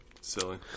Silly